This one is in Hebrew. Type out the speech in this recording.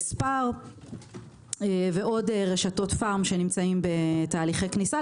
ספאר ועוד רשתות פארם שנמצאים בתהליכי כניסה.